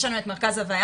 יש לנו את מרכז הוויה,